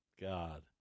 God